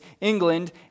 England